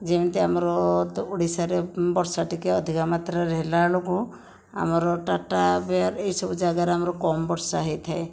ଯେମିତି ଆମର ତ ଓଡ଼ିଶାର ବର୍ଷା ଟିକେ ଅଧିକ ମାତ୍ରାରେ ହେଲା ବେଳକୁ ଆମର ଟାଟା ବିହାର ଏହିସବୁ ଯାଗାରେ ଆମର କମ ବର୍ଷା ହୋଇଥାଏ